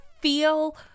feel